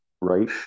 Right